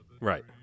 Right